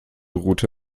route